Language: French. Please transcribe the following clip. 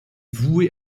voué